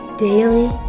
Daily